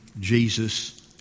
Jesus